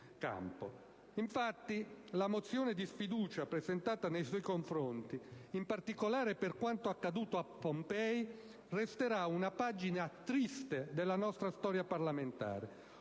PdL).* La mozione di sfiducia presentata nei confronti del Ministro Bondi, in particolare per quanto accaduto a Pompei, resterà una pagina triste della nostra storia parlamentare